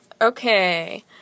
Okay